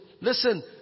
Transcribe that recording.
Listen